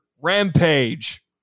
Rampage